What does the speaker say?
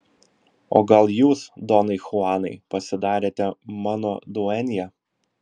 o gal jūs donai chuanai pasidarėte mano duenja